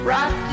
Rock